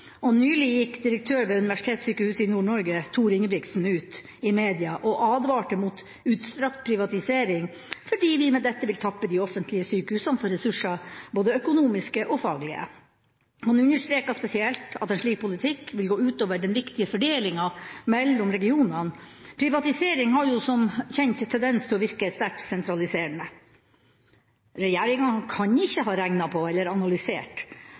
og nylig gikk direktør ved Universitetssykehuset i Nord-Norge, Tor Ingebrigtsen, ut i media og advarte mot utstrakt privatisering, fordi vi med dette vil tappe de offentlige sykehusene for ressurser, både økonomiske og faglige. Han understreket spesielt at en slik politikk vil gå ut over den viktige fordelinga mellom regionene – privatisering har jo som kjent en tendens til å virke sterkt sentraliserende. Regjeringa kan ikke ha regnet på eller analysert